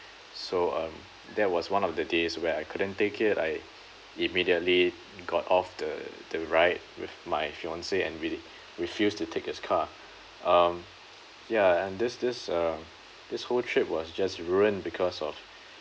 so um that was one of the days where I couldn't take it I immediately got off the the ride with my fiancee and we did refused to take his car um ya and this this uh this whole trip was just ruined because of